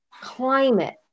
climate